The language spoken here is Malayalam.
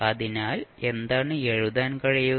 അതിനാൽ എന്താണ് എഴുതാൻ കഴിയുക